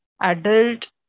adult